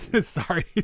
Sorry